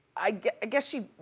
i guess guess she,